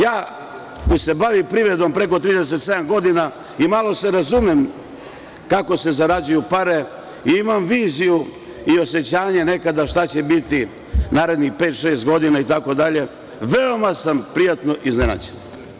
Ja koji se bavim privredom preko 37 godina i malo se razumem kako se zarađuju pare i imam viziju i osećanje nekada šta će biti narednih pet, šest godina itd, veoma sam prijatno iznenađen.